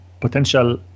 potential